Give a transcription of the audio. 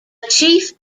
chief